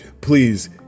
Please